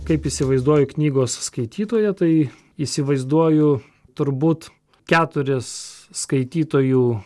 kaip įsivaizduoju knygos skaitytoją tai įsivaizduoju turbūt keturis skaitytojų